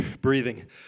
breathing